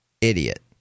Idiot